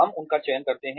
हम उनका चयन करते हैं